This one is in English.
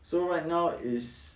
so right now is